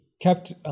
kept